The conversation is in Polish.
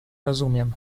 rozumiem